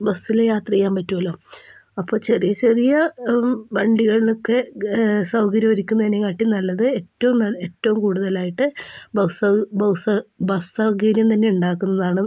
ബസ്സില് യാത്രയ്യാൻ പറ്റൂല്ലോ അപ്പൊ ചെറിയ ചെറിയ വണ്ടികളൊക്കെ സൗകര്യം ഒരുക്കുന്നതിനേക്കാട്ടിൽ നല്ലത് ഏറ്റവും ഏറ്റവും കൂടുതലായിട്ട് ബസ്സ് സൗകര്യം തന്നെ ഉണ്ടാക്കുന്നതാണ്